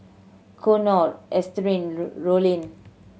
Konnor Ernestine Rollin